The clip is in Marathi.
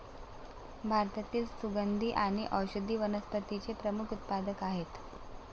भारतातील सुगंधी आणि औषधी वनस्पतींचे प्रमुख उत्पादक आहेत